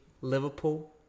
Liverpool